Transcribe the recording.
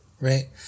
right